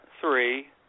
three